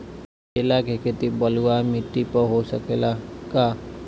केला के खेती बलुआ माटी पर हो सकेला का?